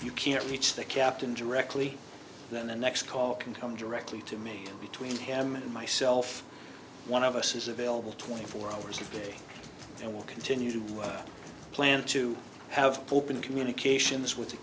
you can't reach the captain directly then the next call can come directly to me between him and myself one of us is available twenty four hours a day and we'll continue to plan to have open communications w